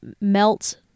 melt